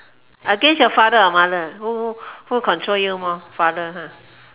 against your father or mother who who control you more father ha